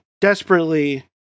desperately